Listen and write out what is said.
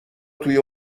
توی